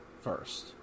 first